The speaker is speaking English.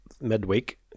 midweek